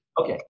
Okay